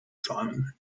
simon